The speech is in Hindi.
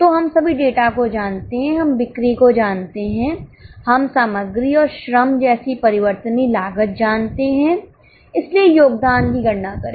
तो हम सभी डेटा को जानते हैं हम बिक्री को जानते हैं हम सामग्री और श्रम जैसी परिवर्तनीय लागत जानते हैं इसलिए योगदान की गणना करें